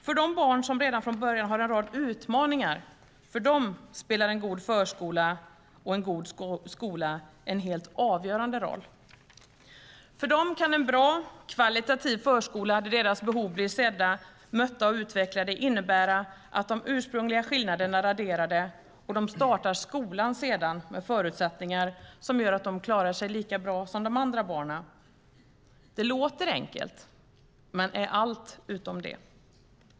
För de barn som redan från början har en rad utmaningar spelar en god förskola och en god skola en helt avgörande roll. För dem kan en bra, kvalitativ förskola där deras behov blivit sedda, mötta och utvecklade, innebära att de ursprungliga skillnaderna är raderade och de startar skolan med förutsättningar som gör att de klarar sig lika bra som de andra barnen. Det låter enkelt men är allt utom det.